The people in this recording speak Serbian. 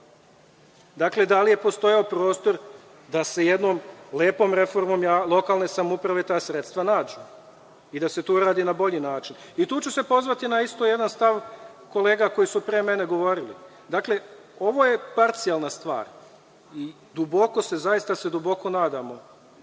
manjka. Da li je postojao prostor da se jednom lepom reformom lokalne samouprave ta sredstva nađu i da se to uradi na bolji način? I tu ću se pozvati isto na jedan stav kolega koji su pre mene govorili. Ovo je parcijalna stvar i duboko se, zaista se duboko nadamo,